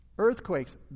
Earthquakes